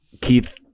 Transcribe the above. Keith